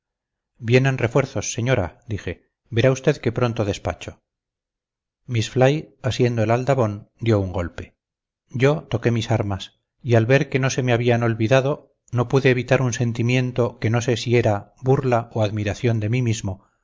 vienen refuerzos señora dije verá usted qué pronto despacho miss fly asiendo el aldabón dio un golpe yo toqué mis armas y al ver que no se me habían olvidado no pude evitar un sentimiento que no sé si era burla o admiración de mí mismo